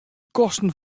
kosten